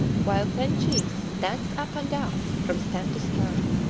while ten chiefs danced up and down from stem to stern.